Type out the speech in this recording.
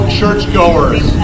churchgoers